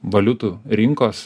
valiutų rinkos